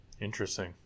Interesting